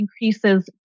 increases